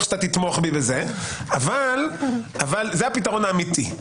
שאתה תתמוך בי בזה אבל זה הפתרון האמיתי.